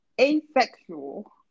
Asexual